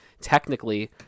technically